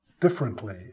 differently